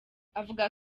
avuga